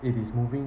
it is moving